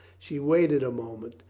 she waited a moment,